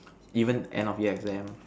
even end of year exams